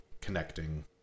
connecting